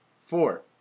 Four